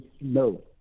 no